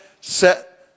set